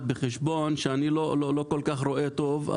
מכיוון שאני לא רואה כל כך טוב,